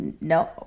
no